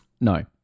No